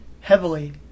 heavily